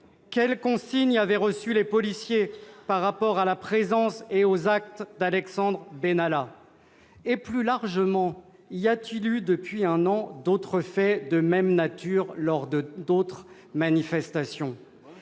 Quelles consignes avaient reçues les policiers par rapport à la présence et aux actes d'Alexandre Benalla ? Plus largement, y a-t-il eu d'autres faits de même nature depuis un an, lors d'autres manifestations ?